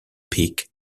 peak